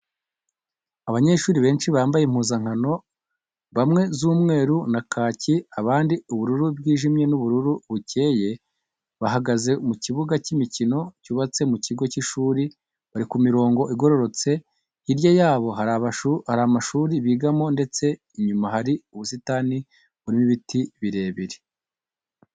Abanyeshuri benshi bambaye impuzankano bamwe z'umweru na kaki, abandi ubururu bwijimye n'ubururu bukeye, bahagaze mu kibuga cy'imikino cyubatse mu kigo cy'ishuri, bari ku mirongo igororotse, hirya yabo hari amashuri bigamo ndetse inyuma hari ubusitani burimo ibiti birebire.